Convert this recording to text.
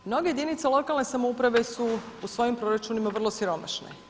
Mnoge jedinice lokalne samouprave su u svojim proračunima vrlo siromašne.